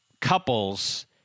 couples